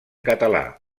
català